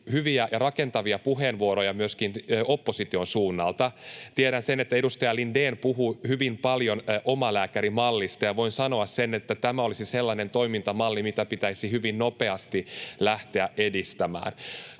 hyviä ja rakentavia puheenvuoroja myöskin opposition suunnalta. Tiedän, että edustaja Lindén puhui hyvin paljon omalääkärimallista, ja voin sanoa, että tämä olisi sellainen toimintamalli, mitä pitäisi hyvin nopeasti lähteä edistämään.